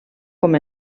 com